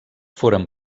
foren